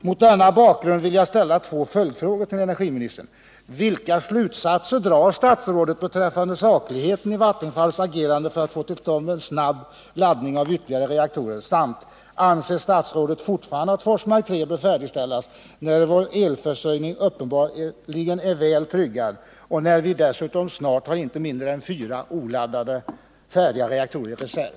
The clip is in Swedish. Mot denna bakgrund vill jag ställa två följdfrågor till energiministern. Vilka slutsatser drar statsrådet för det första beträffande sakligheten i Vattenfalls agerande för att få till stånd en snabb laddning av ytterligare reaktorer? Anser statsrådet för det andra fortfarande att Forsmark 3 bör färdigställas, trots att vår elförsörjning uppenbarligen är väl tryggad och trots att vi dessutom snart har inte mindre än fyra oladdade, färdiga reaktorer i reserv?